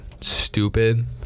stupid